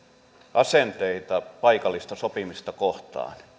asenteita paikallista sopimista kohtaan